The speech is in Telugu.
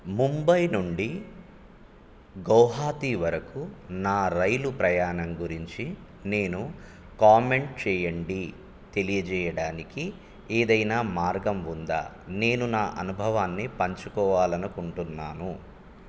ముంబై నుండి గౌహతి వరకు నా రైలు ప్రయాణం గురించి నేను కామెంట్ చెయ్యండి తెలియచేయడానికి ఏదైనా మార్గం ఉందా నేను నా అనుభవాన్ని పంచుకోవాలి అనుకుంటున్నాను